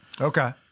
Okay